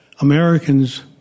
Americans